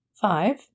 Five